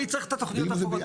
מי צריך את התוכניות המפורטות.